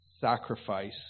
sacrifice